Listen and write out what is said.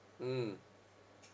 mm